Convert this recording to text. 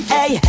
Hey